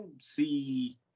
see